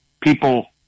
people